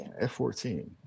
F-14